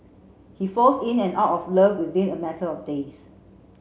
he falls in and out of love within a matter of days